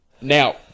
Now